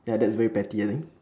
ya that's way pettier